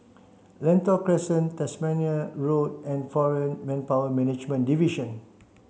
Lentor Crescent Tasmania Road and Foreign Manpower Management Division